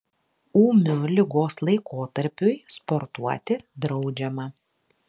ūmiu ligos laikotarpiui sportuoti draudžiama